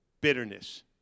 bitterness